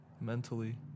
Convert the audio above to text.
Mentally